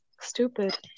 stupid